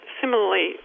similarly